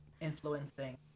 Influencing